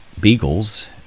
beagles